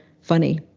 funny